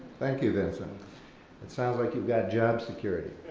thank you, vincent. it sounds like you've got job security.